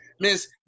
Miss